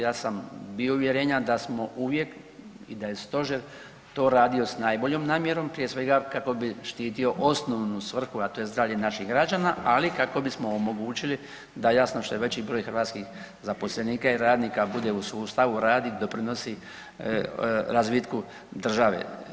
Ja sam bio uvjerenja da smo uvijek i da je Stožer to radio s najboljom namjerom, prije svega, kako bi štitio osnovnu svrhu, a to je zdravlje naših građana, ali i kako bismo omogućili da jasno, što je veći broj hrvatskih zaposlenika i radnika bude u sustavu, radi, doprinosi razvitku države.